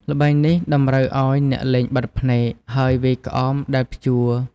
ល្បែងនេះតម្រូវឲ្យអ្នកលេងបិទភ្នែក ហើយវាយក្អមដែលព្យួរ។